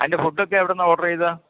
അതിൻ്റെ ഫുഡൊക്കെ എവിടെനിന്നാണ് ഓർഡറെയ്തത്